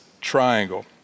triangle